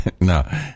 No